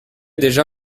déjà